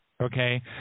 okay